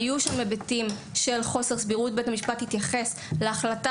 היו שם היבטים של חוסר סבירות ובית המשפט התייחס להחלטת